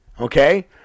okay